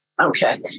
Okay